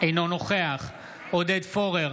אינו נוכח עודד פורר,